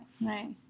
right